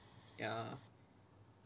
ya